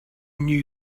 knew